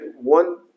one